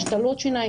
השתלות שיניים,